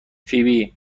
فیبی